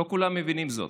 לא כולם מבינים זאת.